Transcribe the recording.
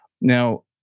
now